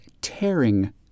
tearing